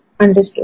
understood